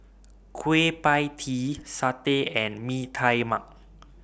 Kueh PIE Tee Satay and Mee Tai Mak